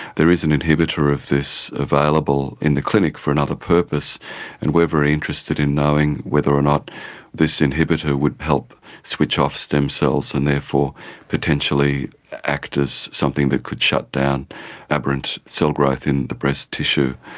there is an inhibitor of this available in the clinic for another purpose and we are very interested in knowing whether or not this inhibitor would help switch off stem cells and therefore potentially act as something that could shut down aberrant cell growth in the breast tissue.